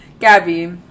Gabby